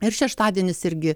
ir šeštadienis irgi